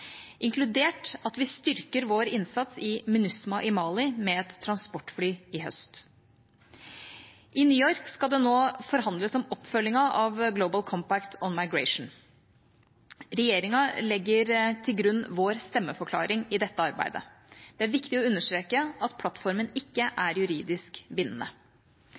inkludert at vi styrker vår innsats i MINUSMA i Mali med et transportfly i høst. I New York skal det nå forhandles om oppfølgningen av Global Compact for Migration. Regjeringa legger til grunn sin stemmeforklaring i dette arbeidet. Det er viktig å understreke at plattformen ikke er juridisk bindende.